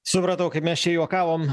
supratau kaip mes čia juokavom